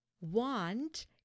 want